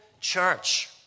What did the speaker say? church